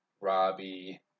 Robbie